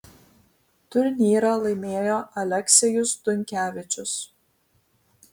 turnyrą laimėjo aleksejus dunkevičius